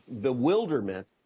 bewilderment